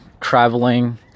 traveling